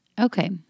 Okay